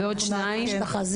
ועוד שניים.